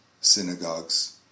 Synagogues